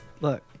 look